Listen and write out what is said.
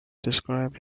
described